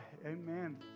amen